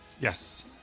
Yes